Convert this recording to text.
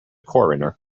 coroner